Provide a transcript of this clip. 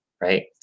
right